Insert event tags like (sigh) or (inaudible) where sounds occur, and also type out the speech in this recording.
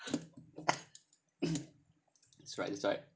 (coughs) that's right that's right